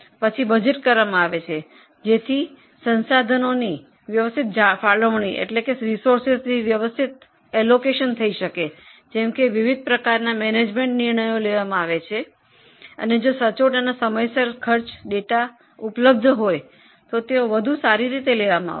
પછી બજેટ બનાવવામાં આવે છે જેથી સાધનોને વ્યવસ્થિત વહેંચી શકાય છે એ જ રીતે વિવિધ પ્રકારના મેનેજમેન્ટ નિર્ણયો લેવામાં આવે છે અને સમયસર ખર્ચની માહિતી ઉપલબ્ધ હોય તો સારી રીતે નિર્ણયો લેવામાં આવશે